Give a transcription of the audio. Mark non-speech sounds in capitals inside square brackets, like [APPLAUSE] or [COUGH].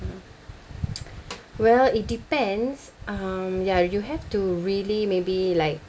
[NOISE] well it depends um ya you have to really maybe like